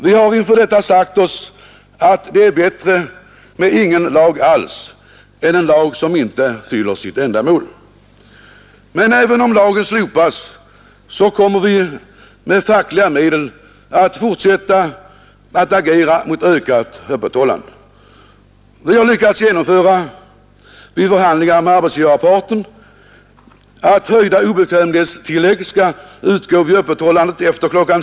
Vi har inför detta sagt oss att det är bättre med ingen lag alls än en lag som inte fyller sitt ändamål. Även om lagen slopas kommer vi med fackliga medel att fortsätta att agera mot ökat öppethållande. Vid förhandlingar med arbetsgivarparten har vi lyckats genomföra att höjda obekvämlighetstillägg skall utgå vid öppethållande efter kl.